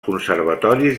conservatoris